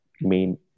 main